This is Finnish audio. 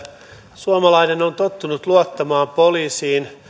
suomalainen on tottunut luottamaan poliisiin